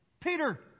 Peter